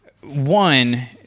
one